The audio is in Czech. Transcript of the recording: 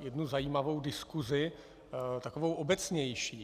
jednu zajímavou diskusi, takovou obecnější.